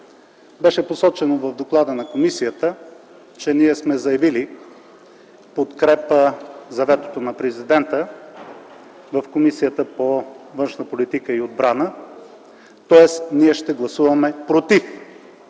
беше посочено, че ние сме заявили подкрепа за ветото на президента в Комисията по външна политика и отбрана, тоест ние ще гласуваме „против”